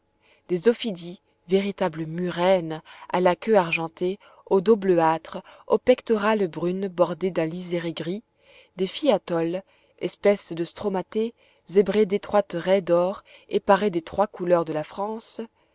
des ophidies véritables murènes à la queue argentée au dos bleuâtre aux pectorales brunes bordées d'un liséré gris des fiatoles espèces de stromatées zébrés d'étroites raies d'or et parés des trois couleurs de la france